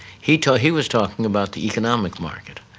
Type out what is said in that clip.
he but he was talking about the economic market,